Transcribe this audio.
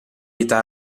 età